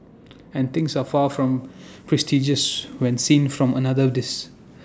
and things are far from prestigious when seen from another this